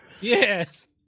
Yes